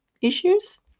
issues